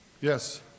Yes